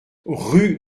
rue